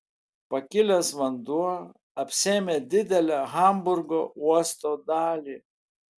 pakilęs vanduo apsėmė didelę hamburgo uosto dalį